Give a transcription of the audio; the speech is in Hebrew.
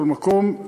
בכל מקום,